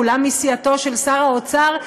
כולם מסיעתו של שר האוצר,